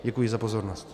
Děkuji za pozornost.